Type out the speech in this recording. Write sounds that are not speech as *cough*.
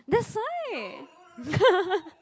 that's why *laughs*